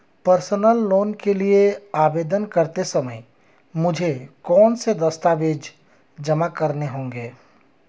Personal loan के लिए आवेदन करते समय मुझे कौन से दस्तावेज़ जमा करने होंगे?